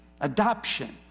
adoption